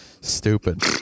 stupid